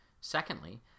Secondly